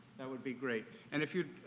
that would be great and if you'd